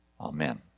Amen